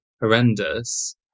horrendous